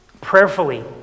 Prayerfully